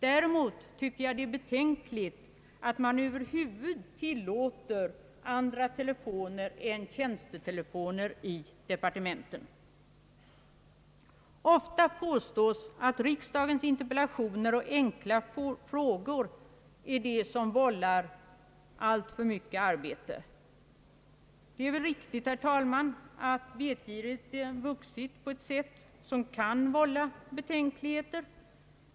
Däremot tycker jag att det är betänkligt att man över huvud tillåter andra telefoner än tjänstetelefoner i departementen. Ofta påstås att det är riksdagens interpellationer och enkla frågor som vållar alltför mycket arbete. Det är riktigt, herr talman, att vetgirigheten har vuxit på ett sätt som kan vålla betänkligheter.